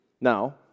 Now